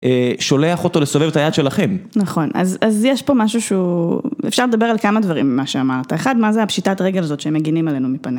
שולח אותו לסובב את היד שלכם. נכון, אז יש פה משהו שהוא... אפשר לדבר על כמה דברים ממה שאמרת, אחד מה זה הפשיטת רגל הזאת שהם מגנים עלינו מפניה.